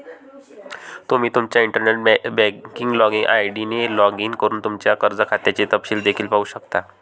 तुम्ही तुमच्या internet banking login ID ने लॉग इन करून तुमच्या कर्ज खात्याचे तपशील देखील पाहू शकता